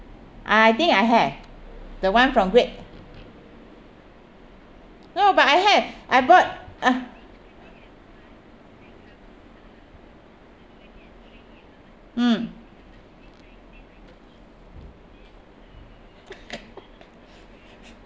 I think I have the one from great no but I have I bought uh mm